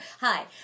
Hi